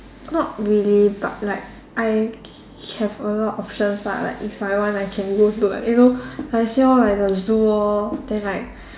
not really but like I have a lot options lah like if I want I can go to like you know I sell at the zoo lor then like